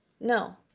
No